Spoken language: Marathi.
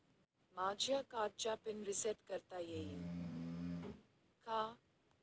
माझ्या कार्डचा पिन रिसेट करता येईल का?